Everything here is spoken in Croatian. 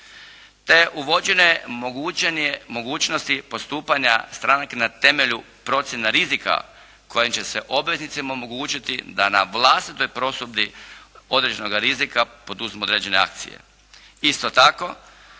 te uvođenje mogućnosti postupanja stranke na temelju procjena rizika kojim će se obveznicima omogućiti da na vlastitoj prosudbi određenoga rizika poduzmu određene akcije.